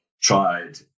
tried